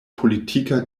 politika